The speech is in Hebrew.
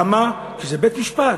למה, כי זה בית-משפט.